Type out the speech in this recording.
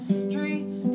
streets